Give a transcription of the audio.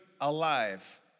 alive